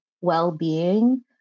well-being